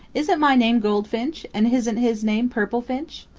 isn't my name goldfinch, and isn't his name purple finch?